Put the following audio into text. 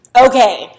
Okay